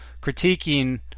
critiquing